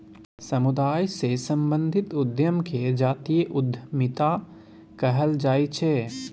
समुदाय सँ संबंधित उद्यम केँ जातीय उद्यमिता कहल जाइ छै